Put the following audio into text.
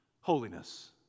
Holiness